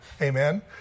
amen